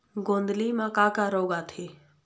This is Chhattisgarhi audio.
गोंदली म का का रोग आथे?